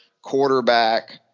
quarterback